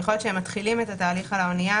יכול להיות שהם מתחילים את התהליך על האנייה.